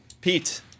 Pete